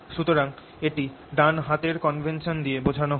সুতরাং এটি ডান হাতের কনভেনশন দিয়ে বোঝানো হয়ে